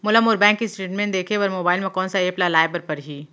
मोला मोर bank statement देखे बर मोबाइल मा कोन सा एप ला लाए बर परही?